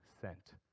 sent